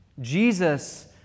Jesus